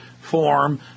form